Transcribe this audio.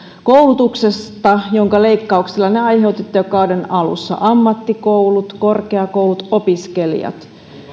koulutuksesta jonka leikkauksillaan aiheutti jo kauden alussa ammattikoulut korkeakoulut opiskelijat